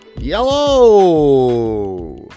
YELLOW